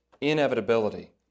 inevitability